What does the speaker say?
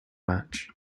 match